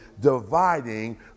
dividing